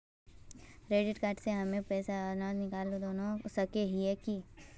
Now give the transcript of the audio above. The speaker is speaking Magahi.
क्रेडिट कार्ड से हम पैसा जमा आर निकाल दोनों कर सके हिये की?